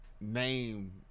name